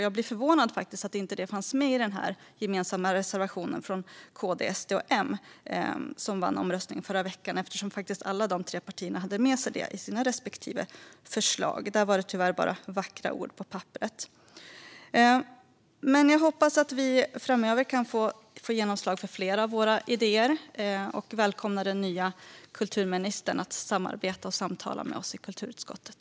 Jag blev faktiskt förvånad över att det inte fanns med i den budget från KD, SD och M som vann omröstningen förra veckan, eftersom alla de tre partierna hade med sig det i sina respektive förslag. Där var det tyvärr bara vackra ord på papperet. Jag hoppas att vi framöver kan få genomslag för fler av våra idéer och välkomnar den nya kulturministern att samarbeta och samtala med oss i kulturutskottet.